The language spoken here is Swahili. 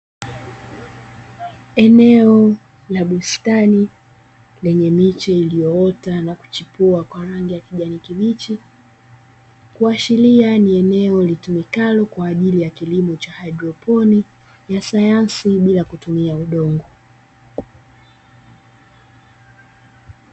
Eneo la bustani lenye miche iliyoota na kuchipua kwa rangi ya kijani kibichi. Kuashiria ni eneo litumikalo kwa ajili ya kilimo cha haidroponi na sayansi bila kutumia udongo.